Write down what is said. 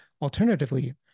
Alternatively